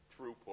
throughput